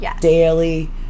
daily